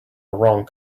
wrong